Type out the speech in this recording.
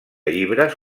llibres